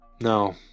No